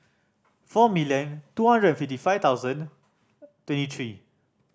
four million two hundred and fifty five thousand twenty three